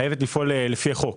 חייבת לפעול לפי חוק.